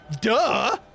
Duh